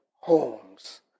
homes